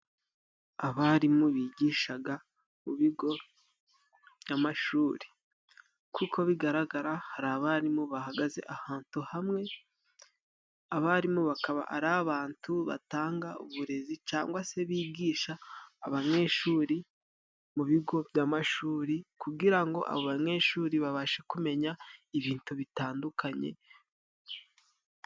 Abarimu bigisha mu bigo by'amashuri, kuko bigaragara hari abarimu bahagaze ahantu hamwe, abarimu bakaba ari abantu batanga uburezi cyangwa se bigisha abanyeshuri mu bigo by'amashuri, kugira ngo abo banyeshuri babashe kumenya ibintu bitandukanye.